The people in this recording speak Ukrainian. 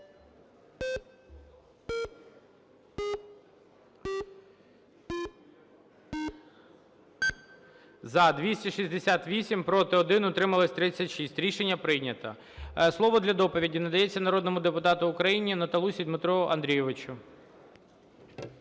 За-268 Проти – 1, утрималось – 36. Рішення прийнято. Слово для доповіді надається народному депутату України Наталусі Дмитру Андрійовичу.